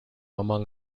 among